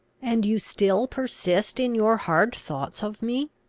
and you still persist in your hard thoughts of me?